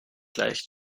leicht